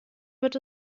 wird